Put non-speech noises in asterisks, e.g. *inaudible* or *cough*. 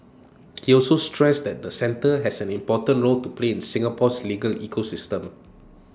*noise* he also stressed that the centre has an important role to play in Singapore's legal ecosystem